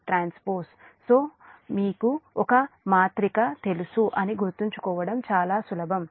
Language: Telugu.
So మీకు ఒక మాతృక తెలుసు అని గుర్తుంచుకోవడం చాలా సులభం